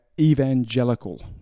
evangelical